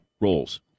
roles